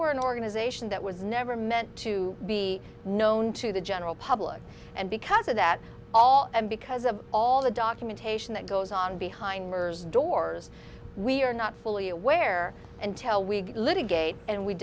an organization that was never meant to be known to the general public and because of that all because of all the documentation that goes on behind murders doors we are not fully aware and tell we litigate and we